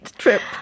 trip